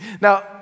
Now